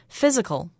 physical